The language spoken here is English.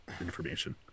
information